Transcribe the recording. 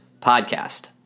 Podcast